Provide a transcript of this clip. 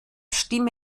stimme